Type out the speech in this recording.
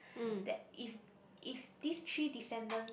that if if these three descendants